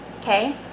okay